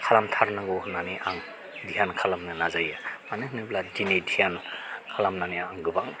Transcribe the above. खालामथारनांगौ होननानै आं ध्यान खालामनो नाजायो मानो होनोब्ला दिनै ध्यान खालामनानै आं गोबां